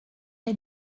est